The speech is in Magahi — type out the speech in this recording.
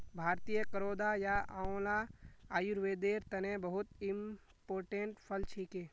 भारतीय करौदा या आंवला आयुर्वेदेर तने बहुत इंपोर्टेंट फल छिके